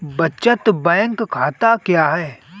बचत बैंक खाता क्या है?